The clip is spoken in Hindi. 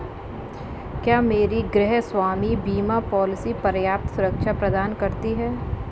क्या मेरी गृहस्वामी बीमा पॉलिसी पर्याप्त सुरक्षा प्रदान करती है?